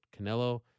Canelo